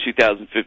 2015